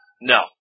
No